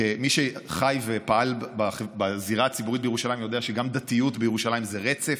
מי שחי ופעל בזירה הציבורית בירושלים יודע שגם דתיות בירושלים זה רצף,